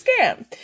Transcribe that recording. scam